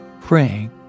praying